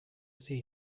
see